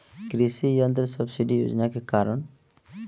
कृषि यंत्र सब्सिडी योजना के कारण?